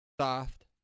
soft